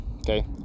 Okay